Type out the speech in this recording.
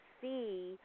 see